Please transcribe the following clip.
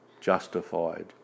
justified